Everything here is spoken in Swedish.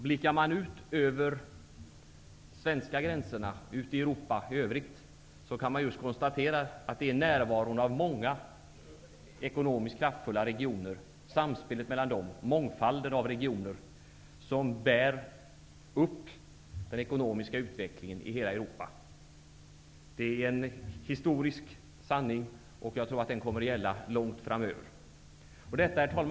Blickar man ut över de svenska gränserna, ut i övriga Europa, kan man konstatera att det är just närvaron av och samspelet mellan många ekonomiskt kraftfulla regioner som bär upp den ekonomiska utvecklingen i hela Europa. Det är en historisk sanning, och jag tror att den kommer att gälla långt framöver. Herr talman!